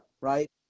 Right